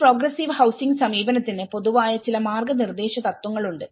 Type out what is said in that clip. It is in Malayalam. ഈ പ്രോഗ്രസ്സീവ് ഹൌസിങ് സമീപനത്തിന് പൊതുവായ ചില മാർഗ്ഗനിർദ്ദേശ തത്വങ്ങളുണ്ട്